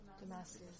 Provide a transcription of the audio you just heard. Damascus